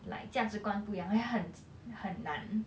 like 价值观不一样会很很难